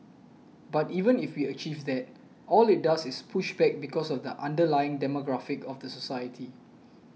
but even if we achieve that all it does is push back because of the underlying demographic of the society